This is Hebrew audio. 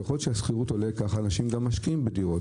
ככל שהשכירות עולה, כך אנשים גם משקיעים בדירות.